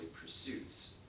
pursuits